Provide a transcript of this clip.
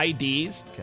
IDs